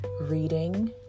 reading